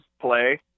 play